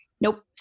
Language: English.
Nope